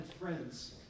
friends